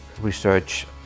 research